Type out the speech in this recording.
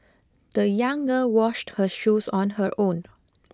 the young girl washed her shoes on her own